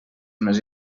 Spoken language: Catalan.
més